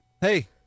hey